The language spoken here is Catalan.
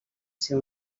ser